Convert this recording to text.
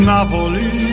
Napoli